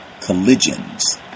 collisions